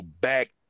back